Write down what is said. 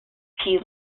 pea